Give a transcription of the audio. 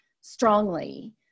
strongly